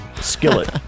Skillet